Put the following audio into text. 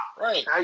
Right